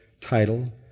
title